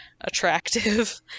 attractive